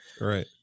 right